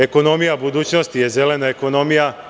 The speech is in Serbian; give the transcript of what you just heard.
Ekonomija budućnosti je zelena ekonomija.